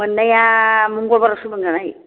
मोननाया मंगलबारआवसो मोनो आइयै